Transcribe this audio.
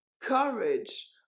courage